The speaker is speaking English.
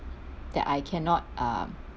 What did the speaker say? that I cannot uh